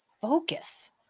focus